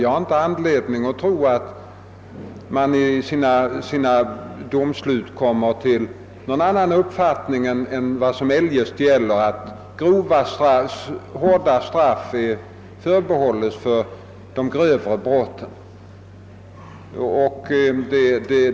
Jag har inte anledning att tro att man i doumsluten på detta område skall komma till någon annan uppfattning än eljest, nämligen att hårda straff är förbehållna de grövre brotten.